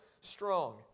strong